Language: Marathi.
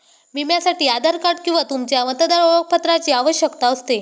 विम्यासाठी आधार कार्ड किंवा तुमच्या मतदार ओळखपत्राची आवश्यकता असते